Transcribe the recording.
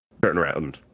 turnaround